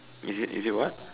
is it is it what